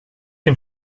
dem